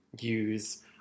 use